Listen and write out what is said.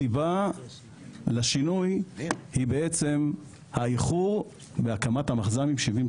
הסיבה לשינוי היא בעצם האיחור להקמת המחז"מים 70,